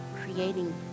creating